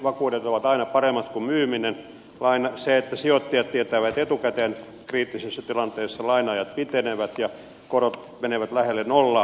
vakuudet ovat aina paremmat kuin myyminen se että sijoittajat tietävät etukäteen kriittisessä tilanteessa sen että laina ajat pitenevät ja korot menevät lähelle nollaa